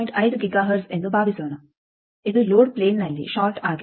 5 gigahertz ಎಂದು ಭಾವಿಸೋಣ ಇದು ಲೋಡ್ ಪ್ಲೇನ್ನಲ್ಲಿ ಷಾರ್ಟ್ ಆಗಿದೆ